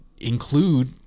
include